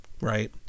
right